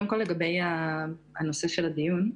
לגבי נושא הדיון: